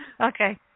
Okay